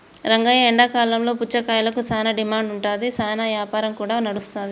రంగయ్య ఎండాకాలంలో పుచ్చకాయలకు సానా డిమాండ్ ఉంటాది, సానా యాపారం కూడా నడుస్తాది